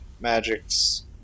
magics